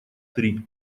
три